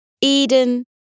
Eden